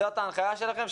זאת ההנחיה שלכם,